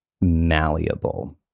malleable